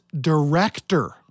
Director